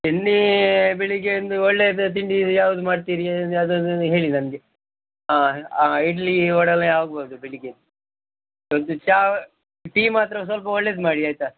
ತಿಂಡಿ ಬೆಳಗ್ಗೆ ಒಂದು ಒಳ್ಳೆದು ತಿಂಡಿ ಯಾವ್ದು ಮಾಡ್ತೀರಿ ಯಾವುದದು ಹೇಳಿ ನನಗೆ ಇಡ್ಲಿ ವಡೆ ಎಲ್ಲ ಆಗ್ಬೋದು ಬೆಳಗ್ಗೆ ಒಂದು ಚಾ ಟೀ ಮಾತ್ರ ಸ್ವಲ್ಪ ಒಳ್ಳೆದು ಮಾಡಿ ಆಯಿತಾ